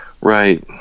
Right